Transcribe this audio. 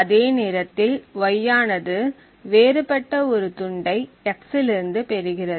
அதே நேரத்தில் y ஆனது வேறுபட்ட ஒரு துண்டை x இலிருந்து பெறுகிறது